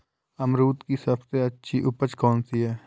अमरूद की सबसे अच्छी उपज कौन सी है?